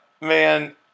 man